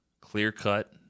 clear-cut